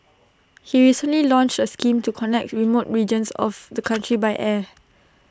he recently launched A scheme to connect remote regions of the country by air